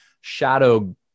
shadow